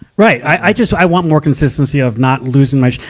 right. i just, i want more consistency of not losing my sh.